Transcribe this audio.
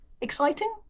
exciting